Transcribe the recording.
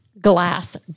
glass